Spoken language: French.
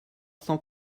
cent